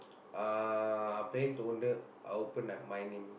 uh planning to open at my name